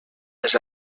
les